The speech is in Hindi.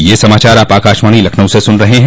ब्रे क यह समाचार आप आकाशवाणी लखनऊ से सुन रहे हैं